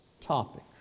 topic